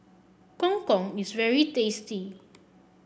Gong Gong is very tasty